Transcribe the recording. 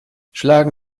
schlagen